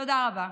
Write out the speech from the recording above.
תודה רבה.